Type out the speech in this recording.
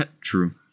True